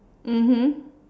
mmhmm